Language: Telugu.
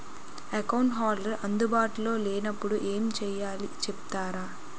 అకౌంట్ హోల్డర్ అందు బాటులో లే నప్పుడు ఎం చేయాలి చెప్తారా?